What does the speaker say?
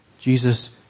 Jesus